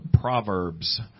proverbs